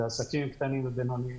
וזה עסקים קטנים ובינוניים,